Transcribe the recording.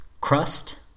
crust